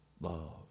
love